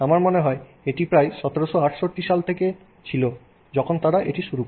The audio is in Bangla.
আমার মনে হয় এটি প্রায় 1768 সাল থেকে থেকে ছিল যখন তারা এটি শুরু করে